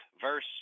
verse